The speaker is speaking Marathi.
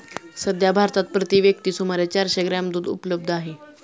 सध्या भारतात प्रति व्यक्ती सुमारे चारशे ग्रॅम दूध उपलब्ध आहे